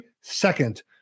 second